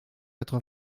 quatre